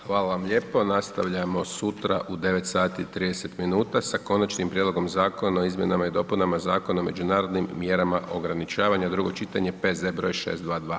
Hvala vama lijepo, nastavljamo sutra u 9 sati i 30 minuta sa Konačnim prijedlogom zakona o izmjenama i dopunama Zakona o međunarodnim mjerama ograničavanja, drugo čitanje, P.Z. br. 622.